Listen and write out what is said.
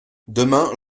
demain